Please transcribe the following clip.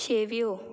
शेव्यो